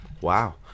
wow